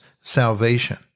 salvation